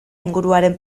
inguruaren